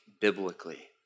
biblically